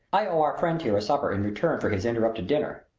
i owe our friend here a supper in return for his interrupted dinner.